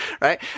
right